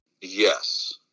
Yes